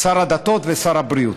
שר הדתות ושר הבריאות.